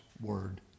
word